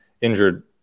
injured